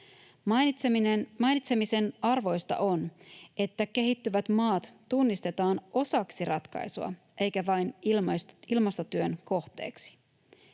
Mainitsemisen arvoista on, että kehittyvät maat tunnistetaan osaksi ratkaisua eikä vain ilmastotyön kohteeksi.